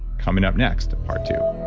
coming up next, part two